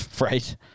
Right